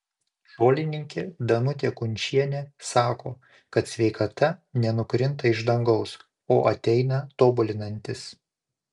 žolininkė danutė kunčienė sako kad sveikata nenukrinta iš dangaus o ateina tobulinantis